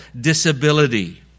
disability